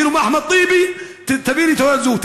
אפילו מאחמד טיבי: תביא לי תעודת זהות.